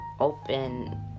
Open